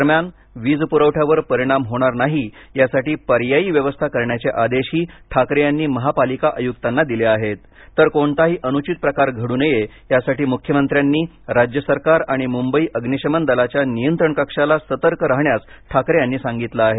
दरम्यान वीजपुरवठ्यावर परिणाम होणार नाही यासाठी पर्यायी व्यवस्था करण्याचे आदेशही ठाकरे यांनी महापालिका आयुक्तांना दिले आहेत तर कोणताही अनुचित प्रकार घडू नये यासाठी मुख्यमंत्र्यांनी राज्य सरकार आणि मुंबई अग्निशमन दलाच्या नियंत्रण कक्षाला सतर्क राहण्यास ठाकरे यांनी सांगितल आहे